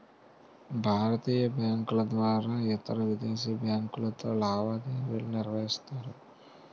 భారతీయ బ్యాంకుల ద్వారా ఇతరవిదేశీ బ్యాంకులతో లావాదేవీలు నిర్వహిస్తారు